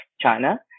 China